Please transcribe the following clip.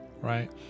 right